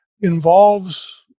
involves